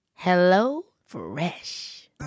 HelloFresh